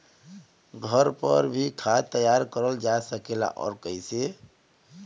घर पर भी खाद तैयार करल जा सकेला और कैसे?